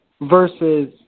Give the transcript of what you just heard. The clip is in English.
versus